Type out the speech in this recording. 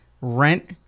rent